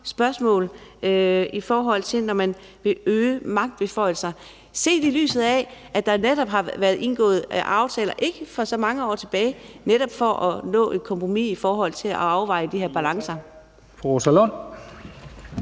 spørgsmål, når man vil øge magtbeføjelser – set i lyset af at der har været indgået aftaler for ikke så mange år tilbage for netop at nå et kompromis i forhold til at afveje de her balancer.